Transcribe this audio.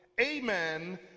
amen